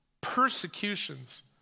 persecutions